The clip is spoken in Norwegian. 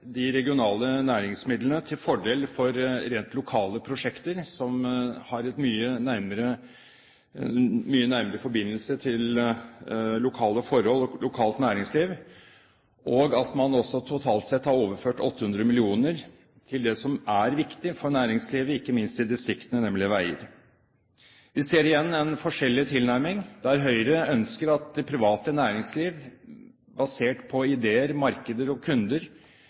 de regionale næringsmidlene til fordel for rent lokale prosjekter som har en mye nærmere forbindelse til lokale forhold og lokalt næringsliv. Totalt sett har man overført 800 mill. kr til det som er viktig for næringslivet, ikke minst i distriktene, nemlig veier. Vi ser igjen en forskjellig tilnærming, for mens Høyre ønsker at det private næringsliv, basert på ideer, markeder og kunder,